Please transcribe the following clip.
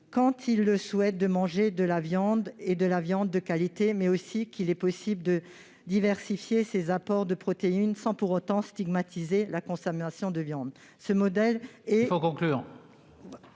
quand il le souhaite, de la viande, et de la viande de qualité, mais également qu'il est possible de diversifier ses apports de protéines, sans pour autant stigmatiser la consommation de viande. Il faut conclure,